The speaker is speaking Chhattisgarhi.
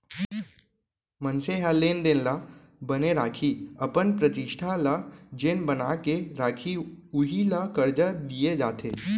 मनसे ह लेन देन ल बने राखही, अपन प्रतिष्ठा ल जेन बना के राखही उही ल करजा दिये जाथे